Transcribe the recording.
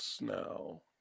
now